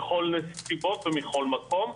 בכל נסיבות ומכל מקום.